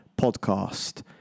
podcast